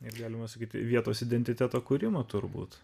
ir galima sakyti vietos identiteto kūrimo turbūt